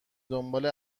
دنبال